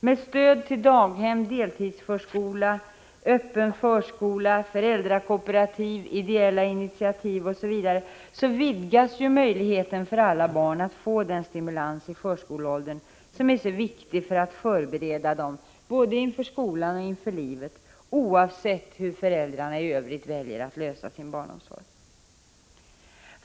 Med stöd till daghem, deltidsförskola, öppen förskola, föräldrakooperativ, ideella initiativ osv. vidgas ju möjligheten för alla barn att få den stimulans i förskoleåldern som är så viktig för att förbereda dem både för skolan och för livet, oavsett hur föräldrarna i övrigt väljer att lösa problemet med sin barnomsorg.